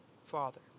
Father